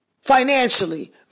Financially